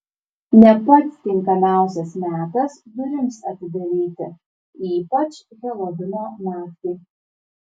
ne pats tinkamiausias metas durims atidaryti ypač helovino naktį